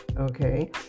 Okay